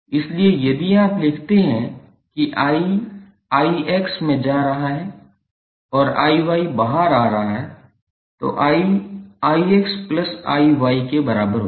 इसलिए यदि आप लिखते हैं कि I 𝐼𝑋 में जा रहा है और 𝐼𝑌 बाहर आ रहा है तो I 𝐼𝑋𝐼𝑌 के बराबर होगा